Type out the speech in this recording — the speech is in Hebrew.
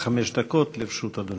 עד חמש דקות לרשות אדוני.